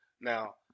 Now